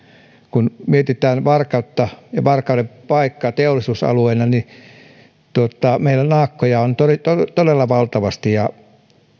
kun mietitään varkautta ja varkauden paikkaa teollisuusalueena niin meillä naakkoja on todella valtavasti ja